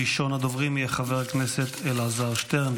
ראשון הדוברים יהיה חבר הכנסת אלעזר שטרן.